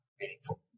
meaningful